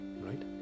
Right